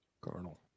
Colonel